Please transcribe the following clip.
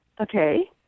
okay